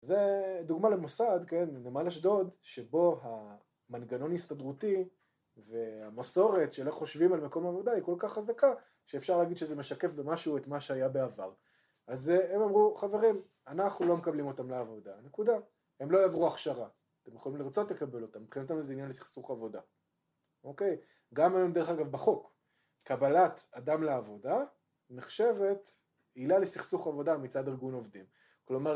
זה דוגמא למוסד, כן, נמל אשדוד, שבו המנגנון ההסתדרותי והמסורת של איך חושבים על מקום עבודה, היא כל כך חזקה שאפשר להגיד שזה משקף במשהו את מה שהיה בעבר. אז הם אמרו חברים, אנחנו לא מקבלים אותם לעבודה, נקודה. הם לא יעברו הכשרה. אתם יכולים לרצות לקבל אותם, מבחינתנו זה עניין לסכסוך עבודה. אוקיי, גם היום, דרך אגב, בחוק- קבלת אדם לעבודה נחשבת עילה לסכסוך עבודה מצד ארגון עובדים